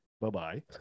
Bye-bye